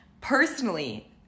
personally